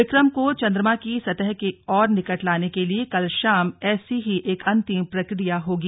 विक्रम को चंद्रमा की सतह के और निकट लाने के लिए कल शाम ऐसी ही एक अंतिम प्रक्रिया होगी